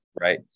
Right